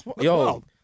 yo